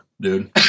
dude